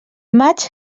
maig